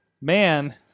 man